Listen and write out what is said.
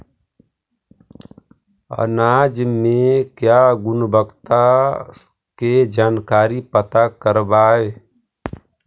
अनाज मे क्या गुणवत्ता के जानकारी पता करबाय?